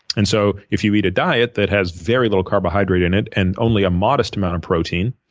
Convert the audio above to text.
and so if you eat a diet that has very little carbohydrate in it and only a modest amount of protein